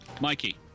Mikey